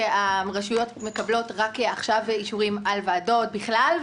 שהרשויות מקבלות רק עכשיו אישורים על ועדות בכלל,